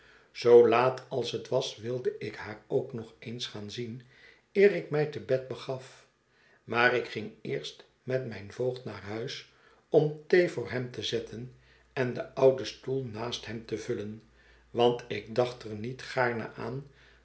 zoo laat als het was wilde ik haar ook nog eens gaan zien eer ik mij te bed begaf maar ik ging eerst met mijn voogd naar huis om thee voor hem te zetten en den ouden stoel naast hem te vullen want ik dacht er niet gaarne aan